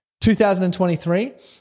2023